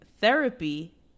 Therapy